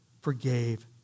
forgave